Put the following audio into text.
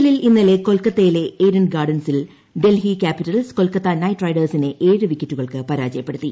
L ൽ ഇന്നലെ കൊൽക്കത്തയിലെ ഏദൻ ഗാർഡൻസിൽ ഡൽഹി ക്യാപിറ്റൽസ് ക്ടൊൽക്കത്ത നൈറ്റ് റൈഡേഴ്സിനെ ഏഴ് വിക്കറ്റുകൾക്ക് പാര്യജിയപ്പെടുത്തി